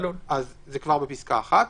אז זה כבר בפסקה (1),